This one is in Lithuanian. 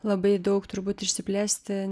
labai daug turbūt išsiplėsti